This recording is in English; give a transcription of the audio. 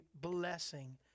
blessing